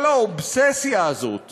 כל האובססיה הזאת